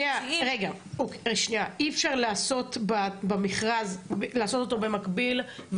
אי אפשר לעשות את המכרז במקביל,